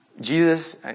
Jesus